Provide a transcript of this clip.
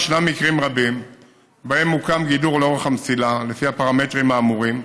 במקרים רבים מוקמת גדר לאורך המסילה לפי הפרמטרים האמורים,